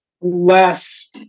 less